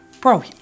Bro